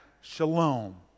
shalom